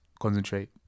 Concentrate